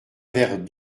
vers